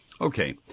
Okay